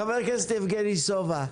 חבר הכנסת יבגני סובה.